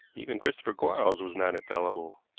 even christopher quarles was not infallible.